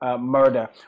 murder